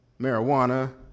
marijuana